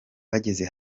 bageze